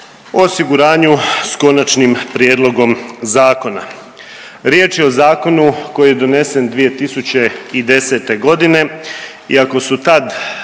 osiguranju s konačnim prijedlogom zakona. Riječ je o zakonu koji je donesen 2010. godine iako su tad